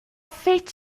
fetg